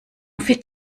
fit